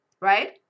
right